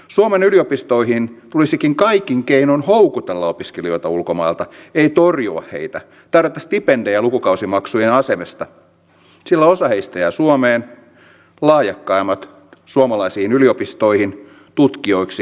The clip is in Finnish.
suomen yliopistoihin tulisikin kaikin keinoin houkutella opiskelijoita ulkomailta ei torjua heitä tarjota stipendejä lukukausimaksujen asemesta sillä osa heistä jää suomeen lahjakkaimmat suomalaisiin yliopistoihin tutkijoiksi ja opettajiksi